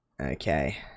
Okay